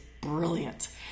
brilliant